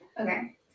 Okay